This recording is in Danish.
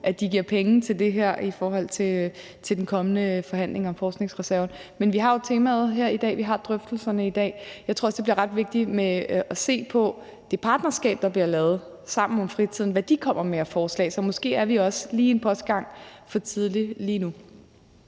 at de giver penge til det her i forbindelse med den kommende forhandling om forskningsreserven. Men vi har jo temaet her i dag, vi har drøftelserne i dag. Jeg tror også, det bliver ret vigtigt at se på, hvad partnerskabet Sammen om Fritiden, der bliver lavet, kommer med af forslag. Så måske er vi også lige en postgang for tidligt ude lige nu.